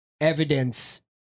evidence